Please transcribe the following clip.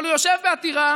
אבל הוא יושב בעתירה